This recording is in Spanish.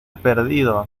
perdido